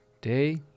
Day